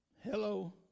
Hello